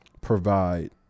provide